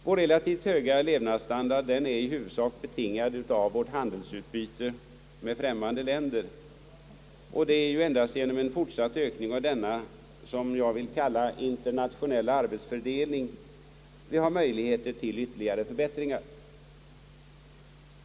Vår relativt höga levnadsstandard är i huvudsak betingad av vårt handelsutbyte med främmande länder, och det är endast genom en fortsatt ökning av denna vad jag vill kalla internationella arbetsfördelning, som vi har möjligheter till ytterligare förbättringar.